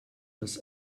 das